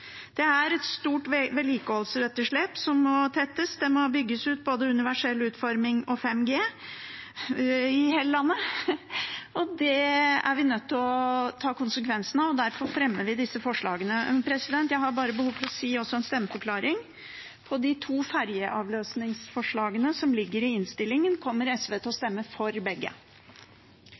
Det er et stort vedlikeholdsetterslep som må tettes. Det må bygges ut både universell utforming og 5G i hele landet. Det er vi nødt til å ta konsekvensen av, og derfor fremmer vi disse forslagene. Jeg har også behov for å gi en stemmeforklaring. SV kommer til å stemme for begge de to ferjeavløsningsforslagene i innstillingen. Jeg satt og ventet på at statsråden skulle tegne seg for